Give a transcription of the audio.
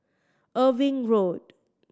Irving Road